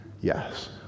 Yes